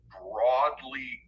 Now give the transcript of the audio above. broadly